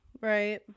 Right